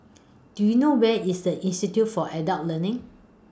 Do YOU know Where IS The Institute For Adult Learning